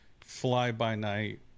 fly-by-night